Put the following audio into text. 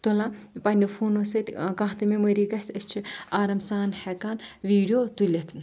تُلان پَننؠو فونو سۭتۍ کانٛہہ تہِ میٚموری گژھِ أسۍ چھِ آرام سان ہؠکان ویٖڈیو تُلِتھ